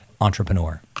entrepreneur